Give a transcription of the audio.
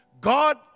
God